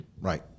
right